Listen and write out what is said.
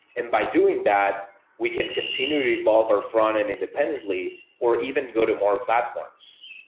and by doing that, we can continue to evolve our frontend independently or even go to more platforms.